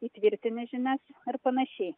įtvirtini žinias ir panašiai